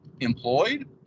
employed